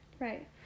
Right